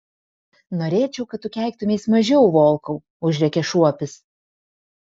norėčiau kad tu keiktumeis mažiau volkau užrėkė šuopis